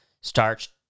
starch